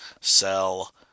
sell